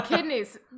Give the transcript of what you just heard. kidneys